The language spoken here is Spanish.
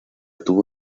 tuvo